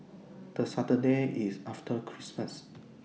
The Saturday IS after Christmas